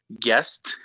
guest